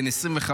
בן 25,